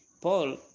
Paul